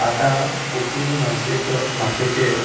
आतां कोंकणी भाशेचो भाशेचेर